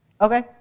Okay